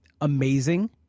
Amazing